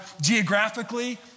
geographically